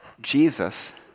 Jesus